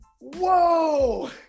Whoa